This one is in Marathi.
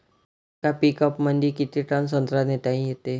येका पिकअपमंदी किती टन संत्रा नेता येते?